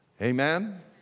Amen